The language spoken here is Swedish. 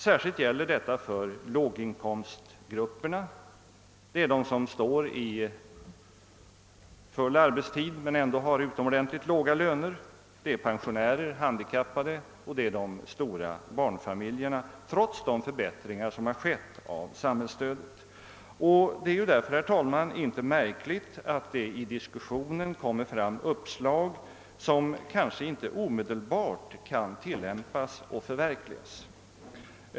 Särskilt gäller detta för låginkomstgrupperna — de som har full arbetstid men ändå utomordentligt låga löner, pensionärerna, de handikappade och de stora barnfamiljerna — trots de förbättringar av samhällsstödet som genomförts. Det är därför inte märkligt att det i diskussionen kommer fram uppslag som kanske inte omedelbart kan tillämpas och förverkligas.